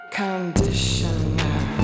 conditioner